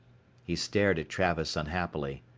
he stared at travis unhappily.